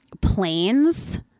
planes